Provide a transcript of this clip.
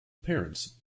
parents